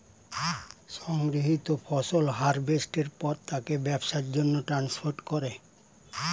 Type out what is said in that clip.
সংগৃহীত ফসল হারভেস্টের পর তাকে ব্যবসার জন্যে ট্রান্সপোর্ট করে